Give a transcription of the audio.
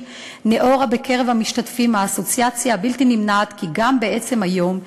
ניעורה בקרב המשתתפים האסוציאציה הבלתי-נמנעת כי בעצם גם היום,